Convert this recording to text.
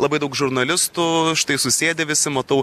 labai daug žurnalistų štai susėdę visi matau